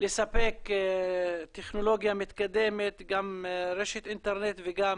לספק טכנולוגיה, גם רשת אינטרנט וגם